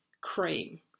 cream